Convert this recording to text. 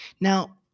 Now